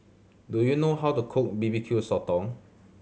do you know how to cook B B Q Sotong